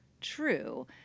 true